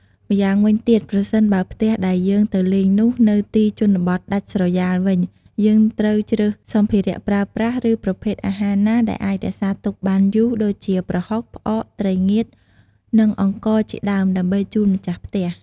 ម្យ៉ាងវិញទៀតប្រសិនបើផ្ទះដែលយើងទៅលេងនោះនៅទីជនបទដាច់ស្រយ៉ាលវិញយើងត្រូវជ្រើសសម្ភារៈប្រើប្រាស់ ឬប្រភេទអាហារណាដែលអាចរក្សាទុកបានយូរដូចជាប្រហុក ផ្អក ត្រីងៀត និងអង្ករជាដើមដើម្បីជូនម្ចាស់ផ្ទះ។